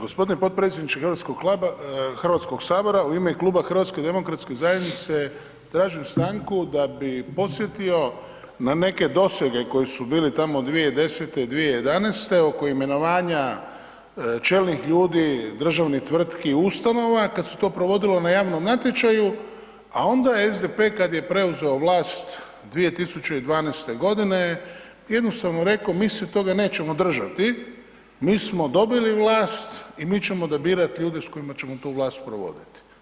G. potpredsjedniče Hrvatskog sabora, u ime kluba HDZ-a tražim stanku da bi podsjetio na neke dosege koji su bili tamo 2010., 2011. oko imenovanja čelnih ljudi, državnih tvrtki, ustanova kad se to provodilo na javnom natječaju a onda SDP kad je preuzeo vlast 2012. g., jednostavno je rekao, mi se toga nećemo držati, mi smo dobili vlasti i mi ćemo onda birat ljude s kojima ćemo tu vlast provoditi.